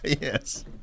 Yes